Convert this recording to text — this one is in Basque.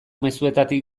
mezuetatik